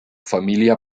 familia